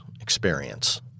experience